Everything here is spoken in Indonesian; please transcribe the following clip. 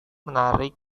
menarik